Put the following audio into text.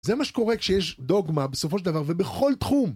זה מה שקורה כשיש דוגמה בסופו של דבר, ובכל תחום.